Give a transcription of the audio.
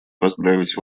поздравить